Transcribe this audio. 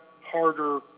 harder